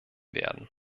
werden